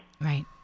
Right